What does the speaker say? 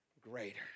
greater